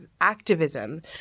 activism